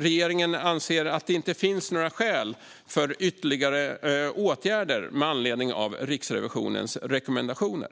Regeringen anser att det inte finns några skäl för ytterligare åtgärder med anledning av Riksrevisionens rekommendationer.